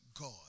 God